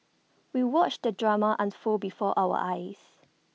we watched the drama unfold before our eyes